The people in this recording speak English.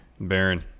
Baron